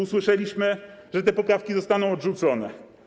Usłyszeliśmy, że te poprawki zostaną odrzucone.